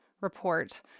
report